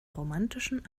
romantischen